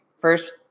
first